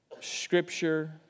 Scripture